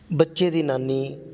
ਬੱਚੇ ਦੀ ਨਾਨੀ